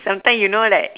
sometime you know like